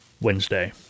Wednesday